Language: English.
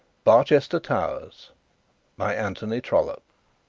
barchester towers by anthony trollope